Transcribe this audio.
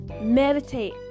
meditate